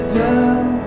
down